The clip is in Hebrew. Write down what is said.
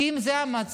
כי אם זה המצב,